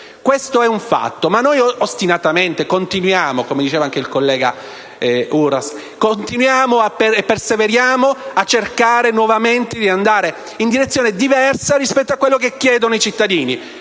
Questo è un fatto, ma noi ostinatamente continuiamo, come diceva anche il collega Uras, e perseveriamo nel cercare nuovamente di andare in direzione diversa rispetto a quello che chiedono i cittadini: